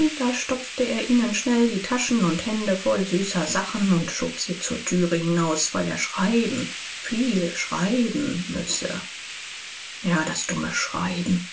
da stopfte er ihnen schnell die taschen und hände voll süßer sachen und schob sie zur thüre hinaus weil er schreiben viel schreiben müsse ja das dumme schreiben